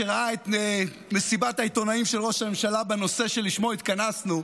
שראה את מסיבת העיתונאים של ראש הממשלה בנושא שלשמו התכנסנו,